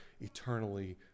eternally